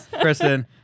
Kristen